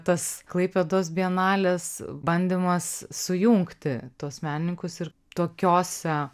tas klaipėdos bienalės bandymas sujungti tuos menininkus ir tokiose